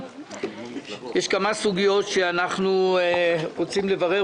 יש כמה סוגיות שננסה לברר